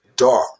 dark